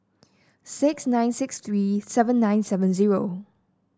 six nine six three seven nine seven zero